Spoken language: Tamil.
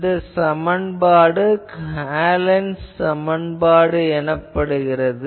இந்த சமன்பாடு ஹாலன்'ஸ் சமன்பாடு எனப்படுகிறது